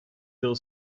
their